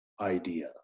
idea